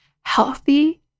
Healthy